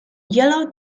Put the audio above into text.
yellow